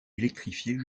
électrifiée